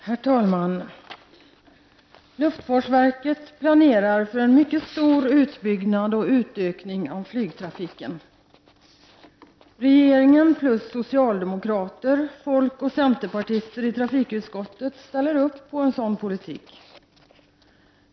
Herr talman! Luftfartsverket planerar för en mycket stor utbyggnad och utökning av flygtrafiken. Regeringen plus socialdemokrater, folkoch centerpartister i trafikutskottet ställer upp på en sådan politik.